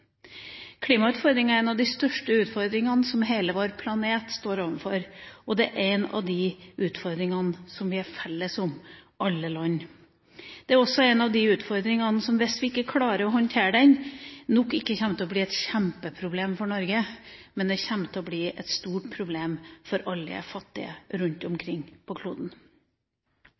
Klimautfordringa er en av de største utfordringene som hele vår planet står overfor, og det er en av de utfordringene som vi har felles – alle land. Det er også en av de utfordringene som – hvis vi ikke klarer å håndtere dem – nok ikke kommer til å bli et kjempeproblem for Norge, men det kommer til å bli et stort problem for alle fattige rundt omkring på kloden.